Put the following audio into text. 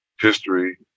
history